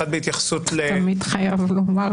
האחד בהתייחסות --- תמיד חייב לומר.